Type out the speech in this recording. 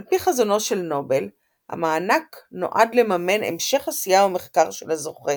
על פי חזונו של נובל המענק נועד לממן המשך עשייה ומחקר של הזוכה,